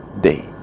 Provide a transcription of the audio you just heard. day